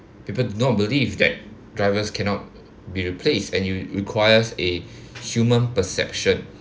people do not believe that drivers cannot be replaced and you requires a human perception